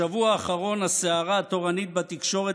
בשבוע האחרון הסערה התורנית בתקשורת